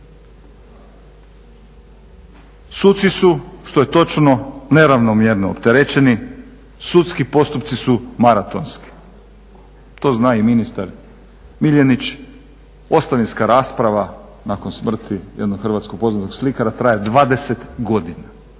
Suci su što je točno neravnomjerno opterećeni, sudski postupci su maratonski, to zna i ministar Miljenić, ostavinska rasprava nakon smrti jednog hrvatskog poznatog slikara traje 20 godina,